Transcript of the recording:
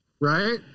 right